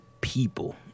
people